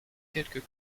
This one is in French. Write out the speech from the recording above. quelques